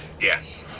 Yes